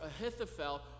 Ahithophel